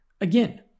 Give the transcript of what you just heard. again